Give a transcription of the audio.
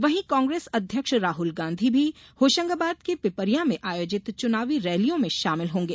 वहीं कांग्रेस अध्यक्ष राहुल गांधी भी होशंगाबाद के पिपरिया में आयोजित चुनावी रैलियों में शामिल होंगे